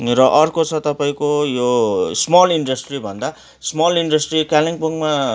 र अर्को छ तपाईँको यो स्मल इन्डस्ट्री भन्दा स्मल इन्डस्ट्री कालिम्पोङमा